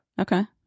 Okay